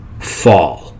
fall